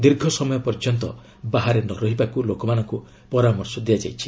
ଦୀର୍ଘସମୟ ପର୍ଯ୍ୟନ୍ତ ବାହାରେ ନରହିବାକୁ ଲୋକମାନଙ୍କୁ ପରାମର୍ଶ ଦିଆଯାଇଛି